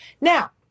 Now